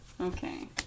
Okay